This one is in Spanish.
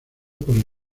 por